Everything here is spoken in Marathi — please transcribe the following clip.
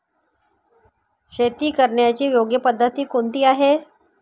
शेती करण्याची योग्य पद्धत कोणती आहे?